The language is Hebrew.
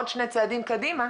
עוד שני צעדים קדימה,